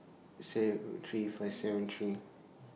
six three five seven three